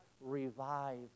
revive